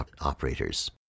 operators